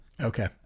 Okay